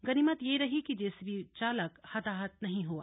गनीमत यह रही कि जेसीबी चालक हताहत नहीं हुआ